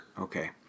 Okay